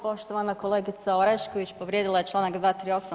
Poštovana kolegica Orešković povrijedila je Članak 238.